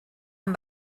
amb